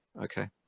okay